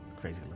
Crazy